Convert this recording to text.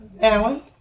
Alan